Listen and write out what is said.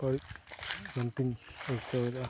ᱵᱟᱹᱲᱤᱡ ᱢᱮᱱᱛᱮᱧ ᱟᱹᱭᱠᱟᱹᱣᱫᱟ